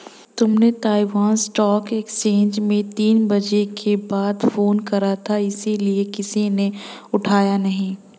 तुमने Taiwan stock exchange में तीन बजे के बाद फोन करा था इसीलिए किसी ने उठाया नहीं